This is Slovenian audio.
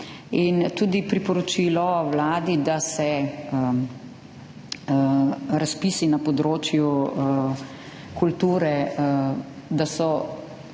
In tudi priporočilo Vladi, da razpisi na področju kulture, bom